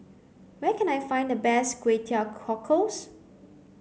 where can I find the best Kway Teow Cockles